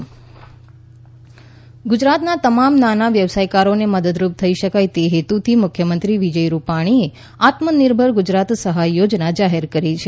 આત્મનિર્ભર ગુજરાત યોજના ગુજરાતના તમામ નાના વ્યવસાયકારોને મદદરૂપ થઇ શકાય તે હેતુથી મુખ્યમંત્રી વિજય રૂપાણીએ આત્મનિર્ભર ગુજરાત સહાય યોજના જાહેર કરી છે